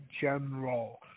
General